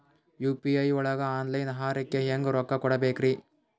UPI ಒಳಗ online ಆಹಾರಕ್ಕೆ ಹೆಂಗ್ ರೊಕ್ಕ ಕೊಡಬೇಕ್ರಿ?